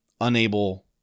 unable